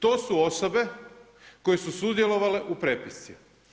To su osobe koje su sudjelovale u prepisci.